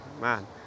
man